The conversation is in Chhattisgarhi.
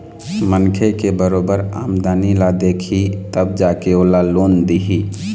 मनखे के बरोबर आमदनी ल देखही तब जा के ओला लोन दिही